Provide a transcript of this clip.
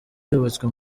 byubatswe